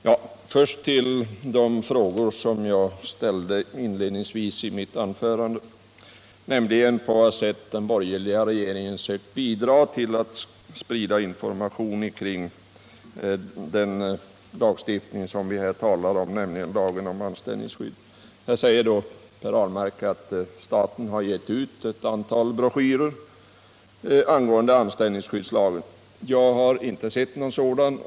Herr talman! Först till den fråga som jag ställde inledningsvis i mitt anförande, nämligen på vad sätt den borgerliga regeringen sökt bidra till att sprida information kring lagen om anställningsskydd. Nu säger Per Ahlmark att staten har gett ut ett antal broschyrer angående anställningsskyddslagen. Jag har inte sett någon sådan.